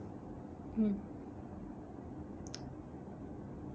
mm